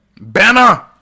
Banner